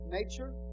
nature